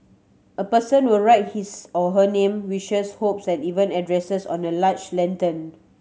a person will write his or her name wishes hopes and even address on a large lantern